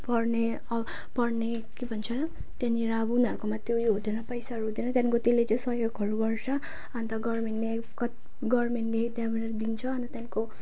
पढ्ने पढ्ने के भन्छ त्यहाँनिर अब उनीहरूकोमा त्यो यो हुँदैन पैसाहरू हुँदैन त्यहाँदेखिको त्यसले चाहिँ सहयोगहरू गर्छ अन्त गभर्मेन्टले कत गभर्मेन्टले त्यहाँबाट दिन्छ अनि त्यहाँदेखिको